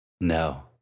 No